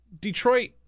Detroit